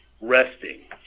resting